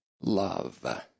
Love